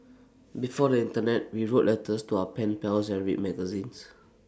before the Internet we wrote letters to our pen pals and read magazines